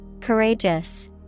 Courageous